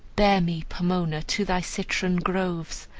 bear me, pomona, to thy citron groves,